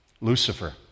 lucifer